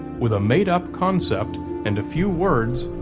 with a made-up concept and a few words,